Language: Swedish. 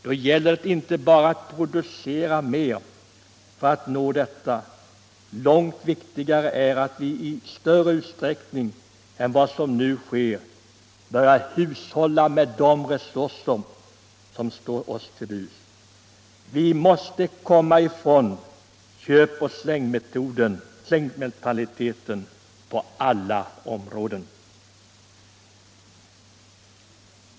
Då gäller det inte bara att producera mer för att nå detta — långt viktigare är att vi i större utsträckning än vad som nu sker börjar hushålla med våra resurser. Vi måste komma ifrån köpoch slängmentaliteten på alla områden.